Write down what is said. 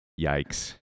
Yikes